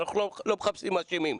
אנחנו לא מחפשים אשמים.